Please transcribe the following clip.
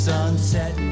Sunset